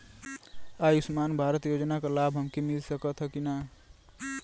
आयुष्मान भारत योजना क लाभ हमके मिल सकत ह कि ना?